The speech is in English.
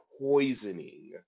poisoning